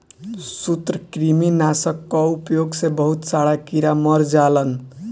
सूत्रकृमि नाशक कअ उपयोग से बहुत सारा कीड़ा मर जालन